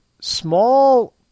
small